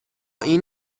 این